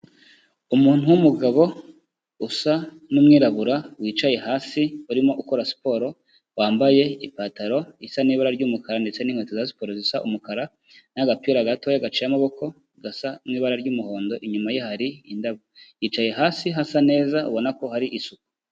Umuntu w'umugabo usa n'umwirabura wicaye hasi urimo ukora siporo, wambaye ipantaro isa n'ibara ry'umukara ndetse n'inkweto za siporo zisa umukara, n'agapira gatoya gaciye amaboko gasa n'ibara ry'umuhondo, inyuma ye hari indabyo. Yicaye hasi hasa neza ubona ko hari isuku.